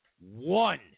one